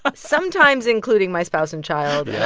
ah sometimes including my spouse and child.